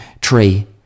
tree